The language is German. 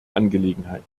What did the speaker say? angelegenheit